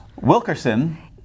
Wilkerson